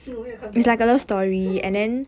我没有看过